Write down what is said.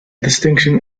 distinction